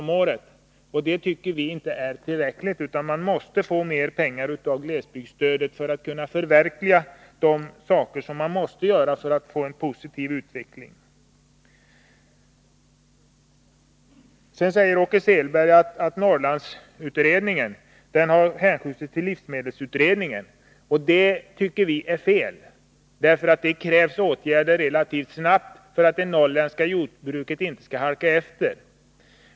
om året. Det tycker inte vi är tillräckligt, utan rennäringen måste få mer pengar av glesbygdsstödet för att kunna vidta de åtgärder som är nödvändiga för att näringen skall få en positiv utveckling. Sedan säger Åke Selberg att frågan om Norrlandsstödet har hänskjutits till livsmedelsutredningen. Det tycker vi är fel. Det krävs åtgärder relativt snabbt för att inte det norrländska jordbruket skall halka efter.